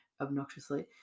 obnoxiously